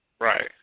Right